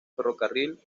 ferrocarril